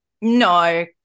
No